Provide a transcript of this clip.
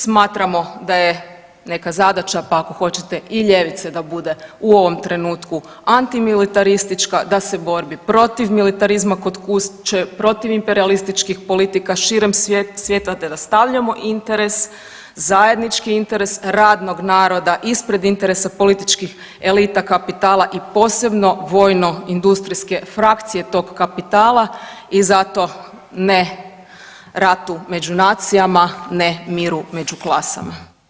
Smatramo da je neka zadaća, pa ako hoćete i ljevice da bude u ovom trenutku antimilitaristička, da se bori protiv militarizma kod kuće, protiv imperijalističkih politika širom svijeta, te da stavljamo interes, zajednički interes radnog naroda ispred interesa političkih elita, kapitala i posebno vojno-industrijske frakcije tog kapitala i zato ne ratu među nacijama, ne miru među klasama.